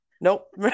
nope